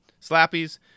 Slappies